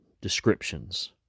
descriptions